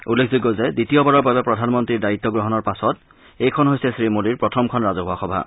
উল্লেখযোগ্য যে দ্বিতীয়বাৰৰ বাবে প্ৰধানমন্ত্ৰীৰ দায়িত্ব গ্ৰহণৰ পাছত এইখন হৈছে শ্ৰীমোদীৰ প্ৰথমখন ৰাজহুৱা সভা